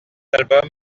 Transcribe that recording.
album